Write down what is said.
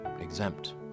exempt